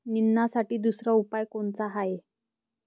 निंदनासाठी दुसरा उपाव कोनचा हाये?